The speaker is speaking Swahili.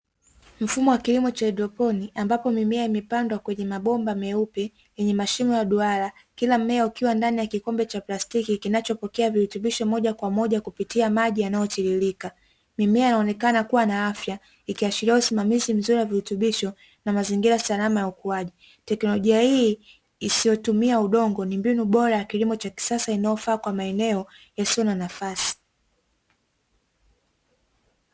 Mfumo wa kilimo cha haidroponi ambapo mimea imepandwa kwenye mabomba meupe yenye mashimo ya duara. Kila mmea ukiwa ndani ya kikombe cha plastiki kinachopokea virutubisho moja kwa moja kupitia maji yanayotiririka. Mimea inaonekana kuwa na afya ikiashiria usimamizi mzuri wa virutubisho na mazingira salama ya ukuaji. Teknolojia hii isiyotumia udongo ni mbinu bora ya kilimo cha kisasa inayofaa kwa maeneo yasiyo na nafasi.